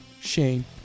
Shane